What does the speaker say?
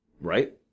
right